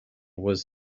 was